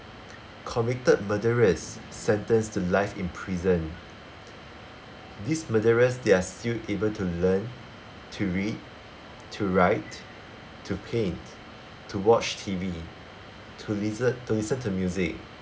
convicted murderers sentenced to life in prison this murderers they're still able to learn to read to write to paint to watch T_V to list~ to listen to music